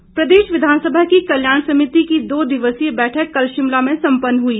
समिति बैठक प्रदेश विधानसभा की कल्याण समिति की दो दिवसीय बैठक कल शिमला में संपन्न हुई